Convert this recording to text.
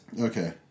Okay